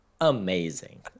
Amazing